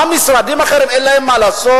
מה, משרדים אחרים, אין להם מה לעשות?